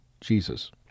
Jesus